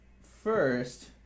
First